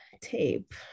tape